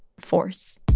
force